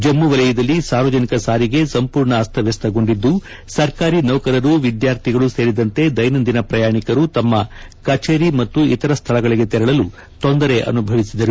ಜಮ್ಮು ವಲಯದಲ್ಲಿ ಸಾರ್ವಜನಿಕ ಸಾರಿಗೆ ಸಂಪೂರ್ಣ ಅಸ್ತವ್ಯಸ್ತಗೊಂಡಿದ್ದು ಸರ್ಕಾರಿ ನೌಕರರುವಿದ್ಯಾರ್ಥಿಗಳು ಸೇರಿದಂತೆ ದೈನಂದಿನ ಪ್ರಯಾಣಿಕರು ತಮ್ಮ ಕಚೇರಿ ಮತ್ತು ಇತರ ಸ್ಥಳಗಳಿಗೆ ತೆರಳಲು ತೊಂದರೆ ಅನುಭವಿಸಿದರು